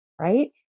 right